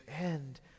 end